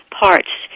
parts